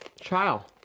Trial